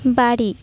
বাড়ি